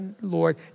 Lord